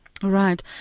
Right